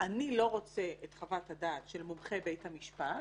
אני לא רוצה את חוות הדעת של מומחה בית המשפט,